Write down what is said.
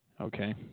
Okay